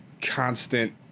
constant